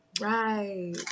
Right